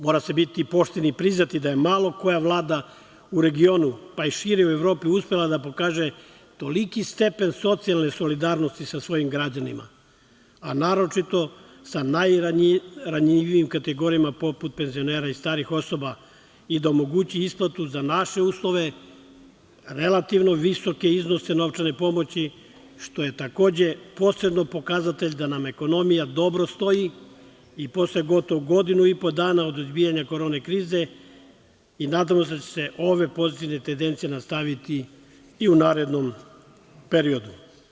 Mora se biti pošten i priznati da je malo koja vlada u regionu pa i šire u Evropi uspela da pokaže toliki stepen socijalne solidarnosti sa svojim građanima, a naročito sa najranjivijim kategorijama poput penzionera i starih osoba i da omogući isplatu za naše uslove, relativno visoke iznose novčane pomoći, što je takođe posebno pokazatelj da nam je ekonomija dobro stoji i posle gotovo godinu i po dana od izbijanja korona krize i nadamo se da će se ove pozitivne tendencije nastaviti i u narednom periodu.